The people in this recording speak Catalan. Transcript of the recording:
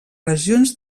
regions